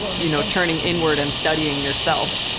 you know, turning inward and studying yourself,